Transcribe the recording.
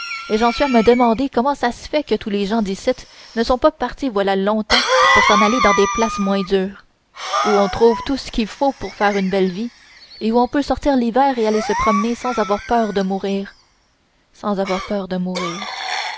et j'en suis à me demander comment ça se fait que tous les gens d'icitte ne sont pas partis voilà longtemps pour s'en aller dans les places moins dures où on trouve tout ce qu'il faut pour faire une belle vie et où on peut sortir l'hiver et aller se promener sans avoir peur de mourir sans avoir peur de mourir